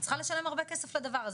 צריכה לשלם הרב הכסף לדבר הזה,